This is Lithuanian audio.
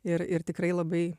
ir ir tikrai labai